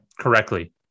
correctly